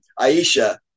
Aisha